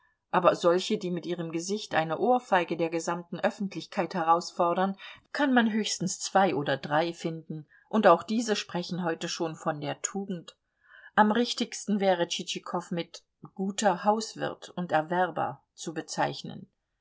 aber solche die mit ihrem gesicht eine ohrfeige der gesamten öffentlichkeit herausfordern kann man höchstens zwei oder drei finden und auch diese sprechen heute schon von der tugend am richtigsten wäre tschitschikow mit guter hauswirt und erwerber zu bezeichnen